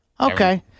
Okay